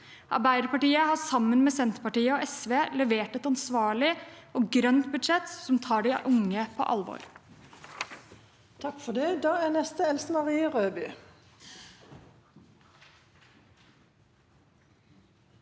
Arbeiderpartiet har sammen med Senterpartiet og SV levert et ansvarlig og grønt budsjett som tar de unge på alvor.